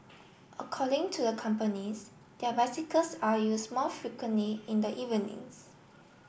according to the companies their bicycles are used more frequently in the evenings